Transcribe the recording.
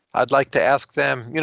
i'd like to ask them, you know